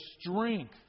strength